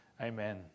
amen